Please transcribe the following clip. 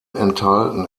enthalten